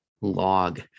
log